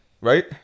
right